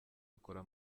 bakora